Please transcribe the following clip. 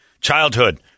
childhood